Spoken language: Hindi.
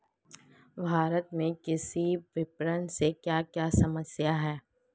भारत में कृषि विपणन से क्या क्या समस्या हैं?